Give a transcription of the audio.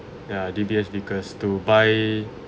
ya D_B_S Vickers to buy